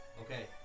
Okay